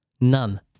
None